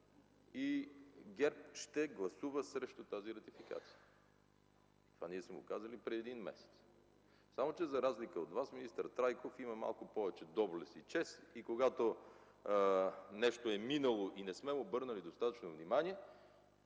и ГЕРБ ще гласува против тази ратификация. Това сме го казали преди един месец. Само че за разлика от Вас министър Трайков има малко повече доблест и чест и когато нещо е минало и не сме обърнали достатъчно внимание,